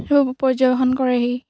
সেইবোৰ পৰ্যবেক্ষণ কৰেহি